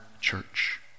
church